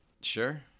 Sure